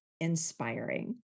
inspiring